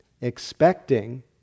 expecting